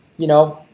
you know,